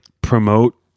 promote